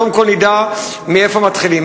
קודם כול נדע מאיפה מתחילים.